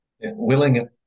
Willing